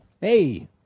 Hey